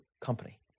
company